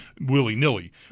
willy-nilly